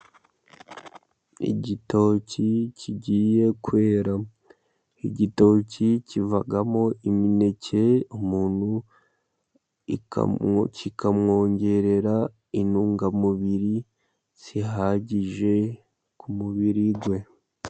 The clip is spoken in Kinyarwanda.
Igitoki kigiye kwera, igitoki kivamo imineke umuntu kikamwongerera intungamubiri zihagije ku mubiri we.